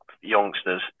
youngsters